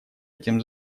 этим